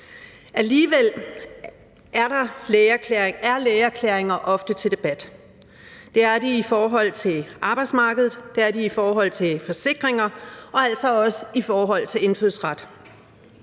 Alligevel er lægeerklæringer ofte til debat. Det er de i forhold til arbejdsmarkedet, det er de i forhold